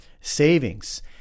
savings